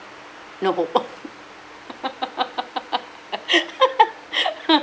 no hope